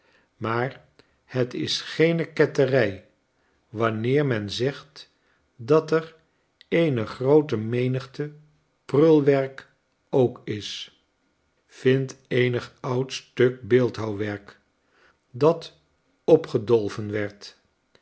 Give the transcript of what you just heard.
maar het is geene ketterij wanneer men zegt dat er eene grootemenigte prulwerk ook is vindt eenig oud stuk beeldhouwwerk dat opgedolven werd